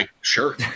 Sure